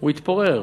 הוא יתפורר,